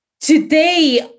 Today